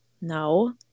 no